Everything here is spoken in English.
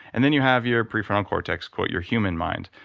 and then you have your prefrontal cortex called your human mind.